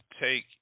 take